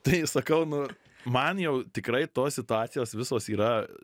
tai sakau nu man jau tikrai tos situacijos visos yra